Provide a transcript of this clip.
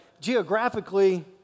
geographically